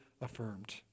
affirmed